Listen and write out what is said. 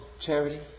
charity